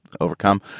overcome